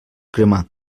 cremar